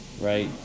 right